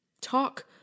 Talk